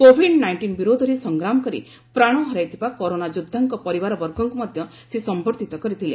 Covid nineteen ବିରୋଧରେ ସଂଗ୍ରାମ କରି ପ୍ରାଣ ହରାଇଥିବା କରୋନା ଯୋଦ୍ଧାଙ୍କ ପରିବାରବର୍ଗଙ୍କୁ ମଧ୍ୟ ସେ ସମ୍ଭର୍ଦ୍ଧିତ କରିଥିଲେ